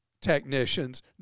technicians